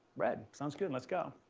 red. sounds good. let's go.